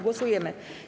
Głosujemy.